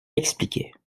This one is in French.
expliquais